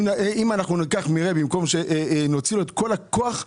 אם ניקח מרמ"י את כל הכוח,